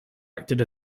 acted